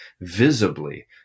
visibly